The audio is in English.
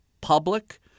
public